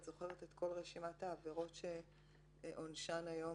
את זוכרת את כל רשימת העבירות שעונשן היום